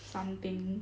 something